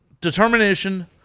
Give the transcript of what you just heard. determination